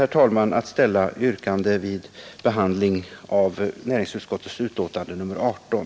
Jag avser att ställa ett yrkande vid behandlingen av näringsutskottets betänkande nr 18.